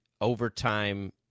overtime